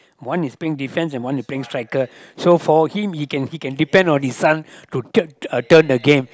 one is pink defense and one is pink striker so for him he can he can depend on this one to turn to turn the game